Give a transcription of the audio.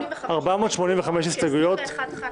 יש 485 הסתייגויות לכ-21 ח"כים.